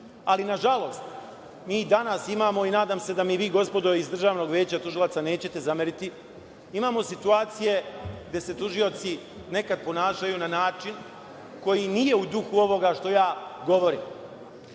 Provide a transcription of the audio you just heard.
Nažalost, mi danas imamo, nadam se da mi vi, gospodo, iz Državnog veća tužilaca nećete zameriti, situacije gde se tužioci nekada ponašaju na način koji nije u duhu ovoga što ja govorim,